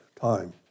time